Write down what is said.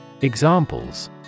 Examples